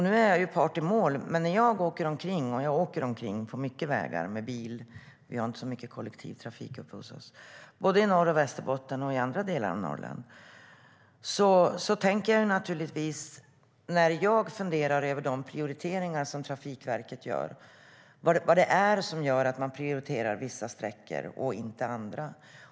Nu är jag ju part i målet, men när jag åker omkring i bil på vägarna - vi har inte så mycket kollektivtrafik uppe hos oss - i både Norr och Västerbotten och i andra delar av Norrland funderar jag över vad det är som gör att Trafikverket prioriterar vissa sträckor men inte andra.